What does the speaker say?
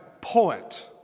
poet